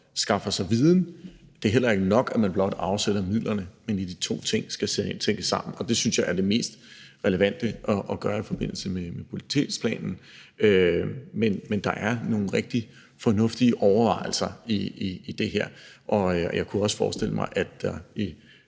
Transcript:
skaffer sig viden, og det er heller ikke nok, at man blot afsætter midlerne; de to ting skal tænkes sammen, og det synes jeg er mest relevant at gøre i forbindelse med mobilitetsplanen. Men der er nogle rigtig fornuftige overvejelser i det her, og jeg kunne også forestille mig, at der i